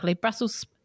Brussels